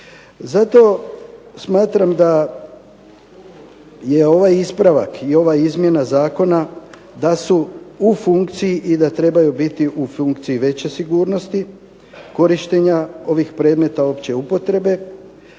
Zato smatram da je ovaj ispravak i ova izmjena zakona da su u funkciji i da trebaju biti u funkciji veće sigurnosti korištenja ovih predmeta opće upotrebe